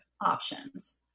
options